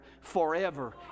forever